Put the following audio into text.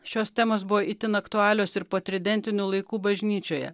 šios temos buvo itin aktualios ir po tridentinių laikų bažnyčioje